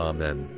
Amen